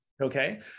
Okay